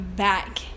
Back